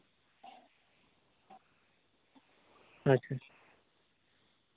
ᱟᱪᱪᱷᱟ ᱟᱪᱪᱷᱟ